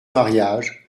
mariage